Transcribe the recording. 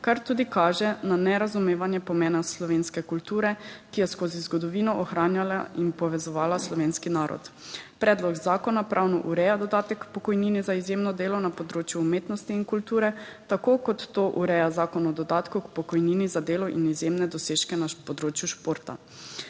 kar tudi kaže na nerazumevanje pomena slovenske kulture, ki je skozi zgodovino ohranjala in povezovala slovenski narod. Predlog zakona pravno ureja dodatek k pokojnini za izjemno delo na področju umetnosti in kulture, tako kot to ureja Zakon o dodatku k pokojnini za delo in izjemne dosežke na področju športa.